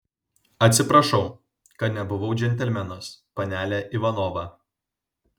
atsiprašau kad nebuvau džentelmenas panele ivanova